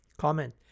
Comment